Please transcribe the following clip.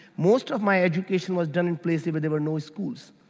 most of my education was done in places where there were no schools.